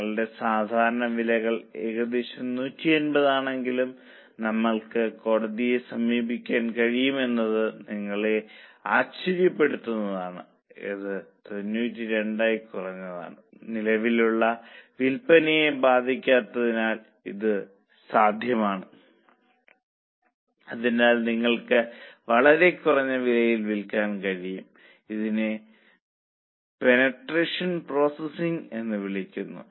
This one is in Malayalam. നമ്മളുടെ സാധാരണ വിലകൾ ഏകദേശം 150 ആണെങ്കിലും നമ്മൾക്ക് അത് 92 വരെ ഉദ്ധരിക്കാൻ കഴിയും നിലവിലുള്ള വിൽപ്പനയെ ബാധിക്കാത്തതിനാൽ ഇത് സാധ്യമാണ് അതിനാൽ നിങ്ങൾക്ക് വളരെ കുറഞ്ഞ വിലയ്ക്ക് വിൽക്കാൻ കഴിയും ഇതിനെ പെനട്രേഷൻ പ്രൈസിംഗ് എന്ന് വിളിക്കുന്നു